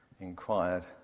inquired